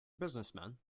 businessman